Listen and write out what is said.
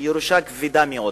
ירושה כבדה מאוד,